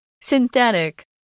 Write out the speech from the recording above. Synthetic